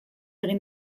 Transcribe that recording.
egin